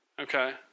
Okay